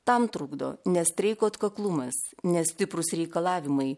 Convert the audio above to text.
tam trukdo nes streiko atkaklumas nestiprūs reikalavimai